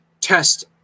Test